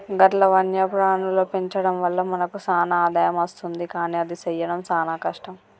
గట్ల వన్యప్రాణుల పెంచడం వల్ల మనకు సాన ఆదాయం అస్తుంది కానీ అది సెయ్యడం సాన కష్టం